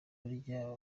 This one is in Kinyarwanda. burya